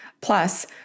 Plus